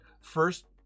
First